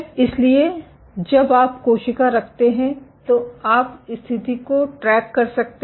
इसलिए जब आप कोशिका रखते हैं तो आप स्थिति को ट्रैक कर सकते हैं